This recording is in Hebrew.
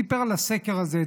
הוא סיפר על הסקר הזה,